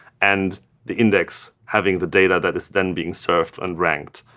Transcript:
and the index having the data that is then being served and ranked.